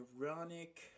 ironic